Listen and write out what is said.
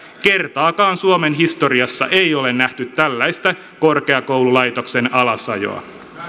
kertaakaan suomen historiassa ei ole nähty tällaista korkeakoululaitoksen alasajoa